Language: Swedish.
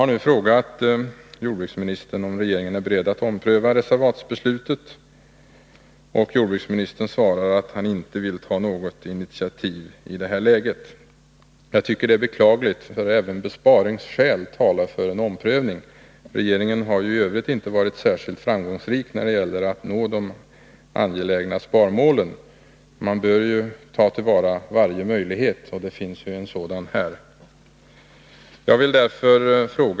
Jag har frågat jordbruksministern om regeringen är beredd att ompröva reservatsbeslutet. Jordbruksministern svarar att han inte vill ta något initiativ i detta läge. Jag tycker det är beklagligt. Även besparingsskäl talar för en omprövning. Regeringen har ju i övrigt inte varit särskilt framgångsrik när det gäller att nå de angelägna sparmålen, och den bör därför ta till vara varje möjlighet. En sådan finns här.